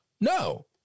No